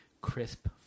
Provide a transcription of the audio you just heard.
crisp